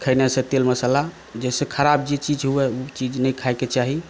खयनेसॅं तेल मसाला जाहि से खराब जे चीज हुए ओ चीज नहि खायके चाही